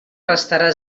restarà